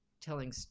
telling